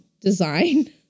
design